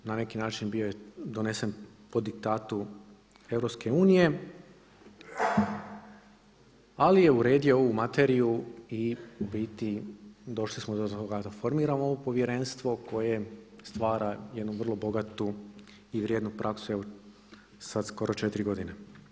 Na neki način bio je donesen po diktatu EU, ali je uredio ovu materiju i u biti došli smo do ovoga da formirano ovo povjerenstvo koje stvara jednu vrlo bogatu i vrijednu praksu evo sad skoro 4 godine.